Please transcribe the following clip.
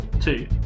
Two